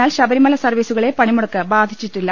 എന്നാൽ ശബരിമല സർവ്വീസുകളെ പണിമുടക്ക് ബാധിച്ചിട്ടില്ല